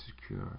secure